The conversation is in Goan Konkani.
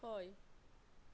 हय